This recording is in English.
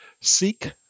seek